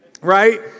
Right